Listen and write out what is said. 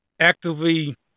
actively